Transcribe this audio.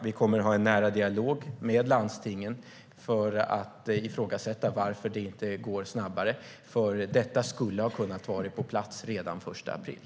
Vi kommer att ha en nära dialog med landstingen för att ifrågasätta varför det inte går snabbare. Detta skulle ha kunnat vara på plats redan den 1 april.